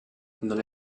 non